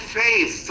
faith